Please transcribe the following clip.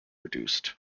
reduced